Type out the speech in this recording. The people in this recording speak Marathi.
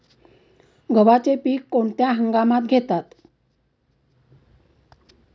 गव्हाचे पीक कोणत्या हंगामात घेतात?